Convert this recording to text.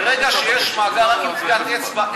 ברגע שיש מאגר רק עם טביעת אצבע,